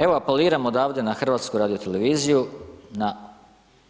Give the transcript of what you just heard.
Evo apeliram odavde na HRT, na